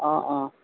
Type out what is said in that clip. অঁ অঁ